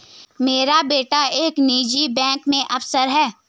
मेरा बेटा एक निजी बैंक में अफसर है